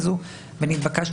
זאת תופעה.